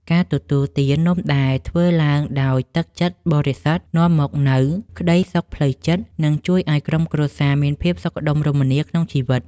ការទទួលទាននំដែលធ្វើឡើងដោយទឹកចិត្តបរិសុទ្ធនាំមកនូវសេចក្តីសុខផ្លូវចិត្ត និង ជួយឱ្យក្រុមគ្រួសារមានភាពសុខដុមរមនាក្នុងជីវិត។